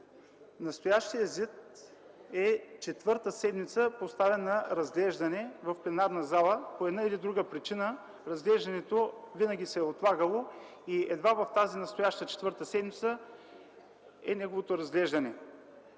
и допълнение е четвърта седмица поставен за разглеждане в пленарната зала. По една или друга причина разглеждането винаги се е отлагало. Едва в тази настояща четвърта седмица е неговото разглеждане.